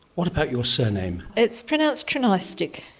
what about your surname? it's pronounced trin-ai-stick.